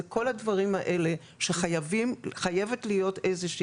זה כל המשרדים האלה שחייבים וחייב להיות ביניהם איזה שהוא